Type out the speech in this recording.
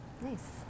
Nice